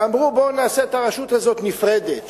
אמרו: בואו נעשה את הרשות הזאת נפרדת,